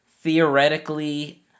theoretically